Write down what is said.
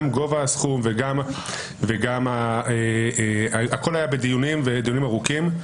גם גובה הסכום וגם -- הכל היה בדיונים ארוכים.